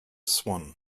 swan